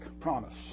promise